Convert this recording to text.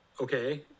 okay